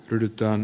ryhdyttyään